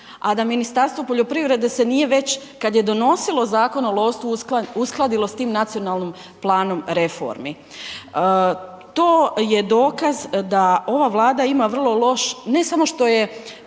a da Ministarstvo poljoprivrede se nije već, kad je donosilo Zakon o lovstvu To je dokaz da ova Vlada ima vrlo loš ne samo što je